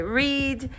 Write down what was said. read